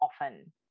often